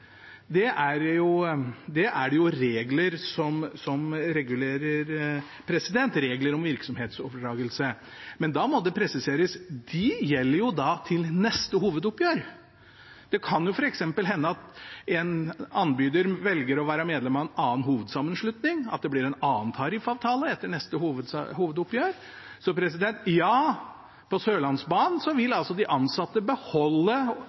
er det jo regler som regulerer – regler om virksomhetsoverdragelse. Men da må det presiseres at de gjelder til neste hovedoppgjør. Det kan f.eks. hende at en anbyder velger å være medlem av en annen hovedsammenslutning, at det blir en annen tariffavtale etter neste hovedoppgjør. Så ja, på Sørlandsbanen